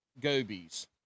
Gobies